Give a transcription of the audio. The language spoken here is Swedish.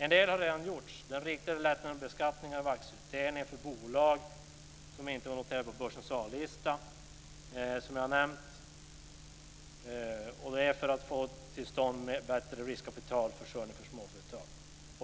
En del har redan gjorts, t.ex. den riktade lättnad i beskattningen av aktieutdelningar för bolag som inte är noterade på börsens A-lista, som redan nämnts; detta för att få till stånd en bättre riskkapitalförsörjning för småföretag.